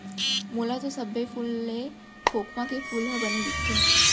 मोला तो सब्बो फूल ले खोखमा के फूल ह बने दिखथे